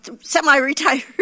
semi-retired